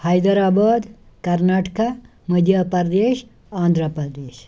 حیدر آباد کرناٹکا مدھیہ پَردیش آںدھرا پرٛدیش